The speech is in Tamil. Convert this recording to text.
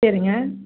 சரிங்க